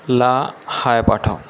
ला हाय पाठव